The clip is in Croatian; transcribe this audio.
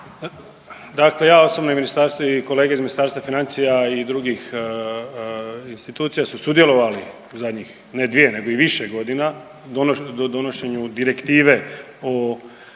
Dakle ja osobno i Ministarstvo i kolege iz Ministarstva financija i drugih institucija su sudjelovali zadnjih, ne dvije nego i više godina u donošenju direktive o